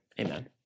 Amen